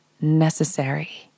necessary